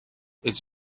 its